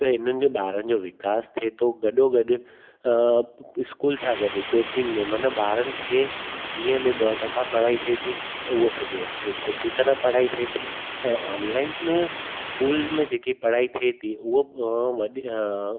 त हिननि खे ॿारनि जो विकास थिए थो गॾोगॾु इस्कूल सां गॾु कोचिंग में माना ॿारनि खे ॾींहं में ॿ दफ़ा पढ़ाई थिए थी त उहो सॼो स सुठी तरह पढ़ाई थिए थी ऐं ऑनलाइन स्कूल में जेके पढ़ाई थिए थी उहो वॾी